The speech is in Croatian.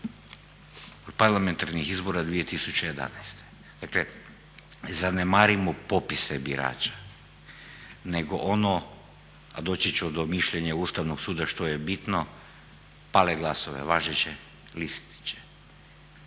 parlamentarnih izbora 2011. Dakle zanemarimo popise birača nego ono a doći ću do mišljenja Ustavnog suda što je bitno pale glasove važeće listiće,